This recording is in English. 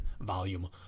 volume